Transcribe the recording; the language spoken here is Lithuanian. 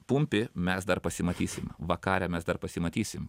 pumpi mes dar pasimatysim vakare mes dar pasimatysim